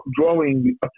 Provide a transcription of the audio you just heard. drawing